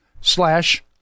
slash